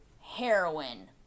Heroin